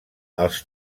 els